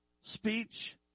speech